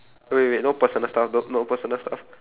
wait wait no personal stuff no no personal stuff